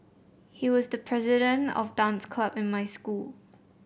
he was the president of dance club in my school